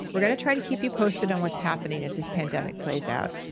we're going to try to keep you posted on what's happening as his pandemic plays out.